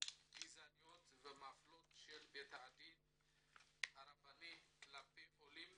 גזעניות ומפלות של בתי הדין הרבניים כלפי עולים